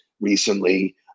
recently